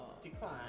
decline